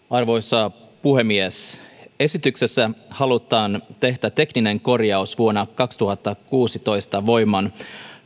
arvoisa puhemies esityksessä halutaan tehdä tekninen korjaus vuonna kaksituhattakuusitoista voimaan